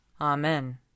Amen